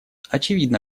очевидно